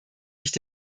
nicht